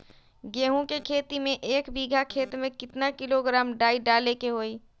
गेहूं के खेती में एक बीघा खेत में केतना किलोग्राम डाई डाले के होई?